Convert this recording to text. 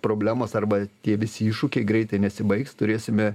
problemos arba tie visi iššūkiai greitai nesibaigs turėsime